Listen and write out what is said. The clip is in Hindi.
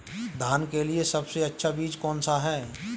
धान के लिए सबसे अच्छा बीज कौन सा है?